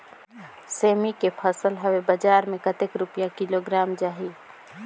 सेमी के फसल हवे बजार मे कतेक रुपिया किलोग्राम जाही?